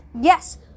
Yes